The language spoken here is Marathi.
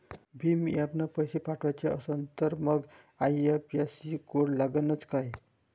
भीम ॲपनं पैसे पाठवायचा असन तर मंग आय.एफ.एस.सी कोड लागनच काय?